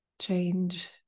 change